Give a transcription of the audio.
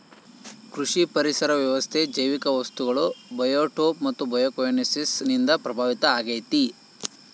ಕೃಷಿ ಪರಿಸರ ವ್ಯವಸ್ಥೆ ಜೈವಿಕ ವಸ್ತುಗಳು ಬಯೋಟೋಪ್ ಮತ್ತು ಬಯೋಕೊಯನೋಸಿಸ್ ನಿಂದ ಪ್ರಭಾವಿತ ಆಗೈತೆ